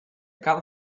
car